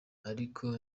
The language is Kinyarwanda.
ariko